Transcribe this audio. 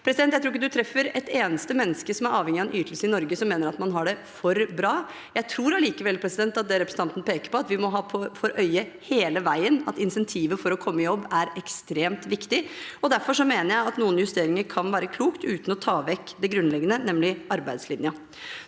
Jeg tror ikke man treffer et eneste menneske som er avhengig av en ytelse i Norge, som mener at man har det for bra. Jeg tror allikevel at det representanten peker på, at vi hele veien må ha for øye insentiv for å komme i jobb, er ekstremt viktig. Derfor mener jeg at noen justeringer kan være klokt, uten å ta vekk det grunnleggende, nemlig arbeidslinjen.